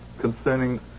concerning